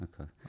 okay